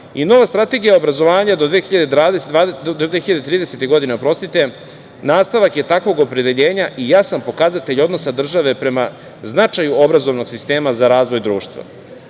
SPS.Nova strategija obrazovanja do 2030. godine, nastavak je takvog opredeljenja i jasan pokazatelj odnosa države prema značaju obrazovnog sistema za razvoj društva.